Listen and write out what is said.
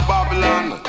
Babylon